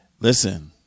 Listen